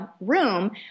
room